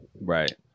Right